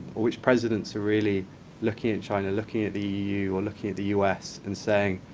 which presidents are really looking at china, looking at the eu, and looking at the us and saying,